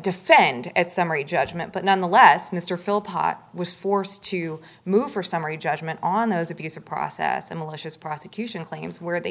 defend that summary judgment but nonetheless mr philip pot was forced to move for summary judgment on those if you use a process a malicious prosecution claims where they